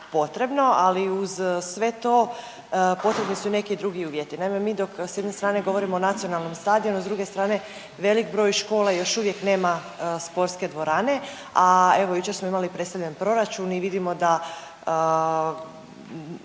potrebno, ali uz sve to potrebni su i neki drugi uvjeti. Naime, mi dok s jedne strane govorimo o nacionalnom stadionu s druge strane velik broj škola još uvijek nema sportske dvorane, a evo jučer smo imali predstavljen proračun i vidimo da